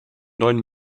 neuen